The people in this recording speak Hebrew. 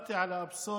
ודיברתי על האבסורד